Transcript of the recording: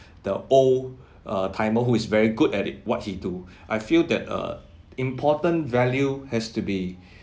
the old uh timer who is very good at it what he do I feel that uh important value has to be